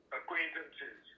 acquaintances